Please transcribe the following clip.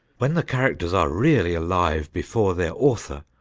when the characters are really alive before their author,